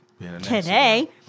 today